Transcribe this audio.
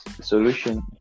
solution